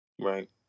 Right